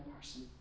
person